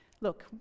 look